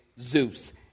Zeus